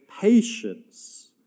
patience